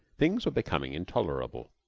things were becoming intolerable.